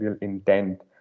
intent